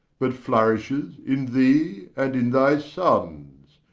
but flourishes in thee, and in thy sonnes,